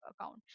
account